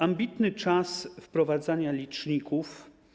Ambitny czas wprowadzania liczników.